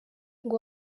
ngo